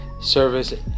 service